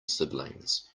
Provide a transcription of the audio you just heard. siblings